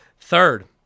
third